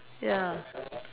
ya